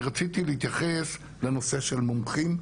רציתי להתייחס לנושא של מומחים.